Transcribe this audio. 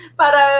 para